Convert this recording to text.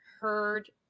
heard